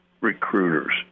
recruiters